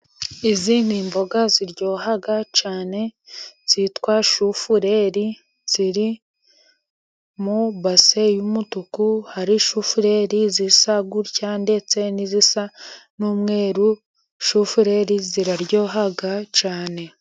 Izi ni imboga ziryoha cyane， zitwa shufureri，ziri mu base y'umutuku，hari shufureri zisa gutya， ndetse n'izisa n'umweru， shufureri ziraryoha cyane.